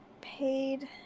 paid